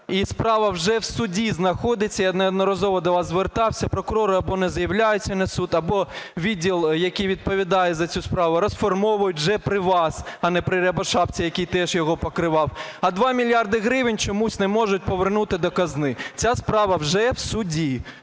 Справа вже в суді знаходиться, я неодноразово до вас звертався, прокурори або не з'являються на суд, або відділ, який відповідає за цю справу, розформовують вже при вас, а не при Рябошапці, який теж його покривав. А два мільярди гривень чомусь не можуть повернути до казни. Ця справа вже в суді,